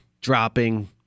dropping